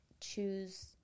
choose